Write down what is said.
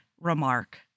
remark